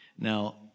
Now